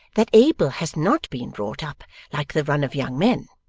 that abel has not been brought up like the run of young men.